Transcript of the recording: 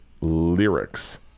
Lyrics